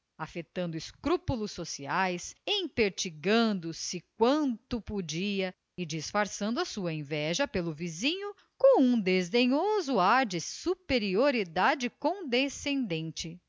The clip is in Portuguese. afetando escrúpulos sociais empertigando se quanto podia e disfarçando a sua inveja pelo vizinho com um desdenhoso ar de superioridade condescendente